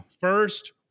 first